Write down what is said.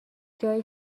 جایی